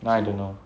now I don't know